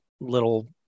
little